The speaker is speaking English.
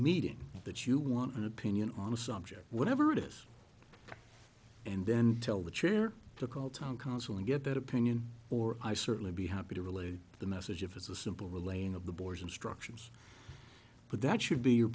meeting that you want an opinion on a subject whatever it is and then tell the chair to call town council and get that opinion or i certainly be happy to relayed the message if it's a simple relaying of the boys instructions but that should be your